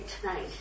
tonight